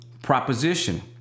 proposition